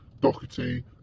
Doherty